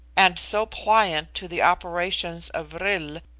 and so pliant to the operations of vril,